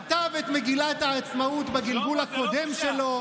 כתב את מגילת העצמאות בגלגול הקודם שלו,